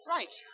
Right